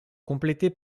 complétés